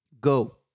Go